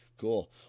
Cool